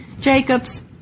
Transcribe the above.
Jacobs